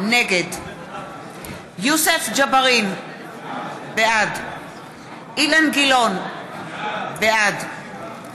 נגד יוסף ג'בארין, בעד אילן גילאון, בעד